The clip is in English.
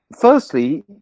firstly